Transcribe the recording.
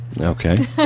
Okay